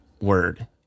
Word